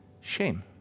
shame